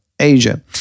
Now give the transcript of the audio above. Asia